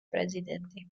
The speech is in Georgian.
პრეზიდენტი